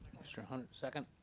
mr. hunter, second.